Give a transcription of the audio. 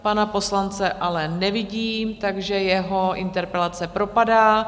Pana poslance ale nevidím, takže jeho interpelace propadá.